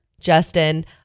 Justin